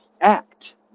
act